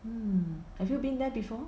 mm have you been there before